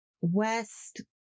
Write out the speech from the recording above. west